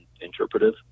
interpretive